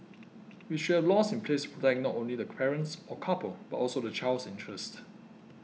we should have laws in place to protect not only the parents or couple but also the child's interest